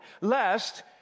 lest